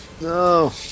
no